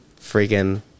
freaking